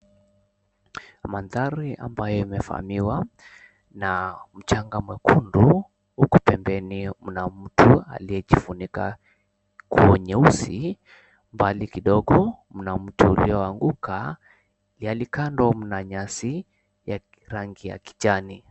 Mandhari ambayo yamefamiwa na mchanga mwekundu huku pembeni mna mtu aliyejifunika nguo nyeusi mbali kidogo mna mti ulioanguka. Yaani kando mna nyasi ya rangi ya kijani.